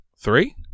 Three